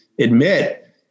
admit